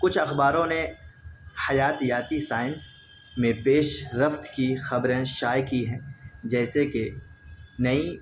کچھ اخباروں نے حیاتیاتی سائنس میں پیشرفت کی خبریں شائع کی ہیں جیسے کہ نئی